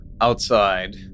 outside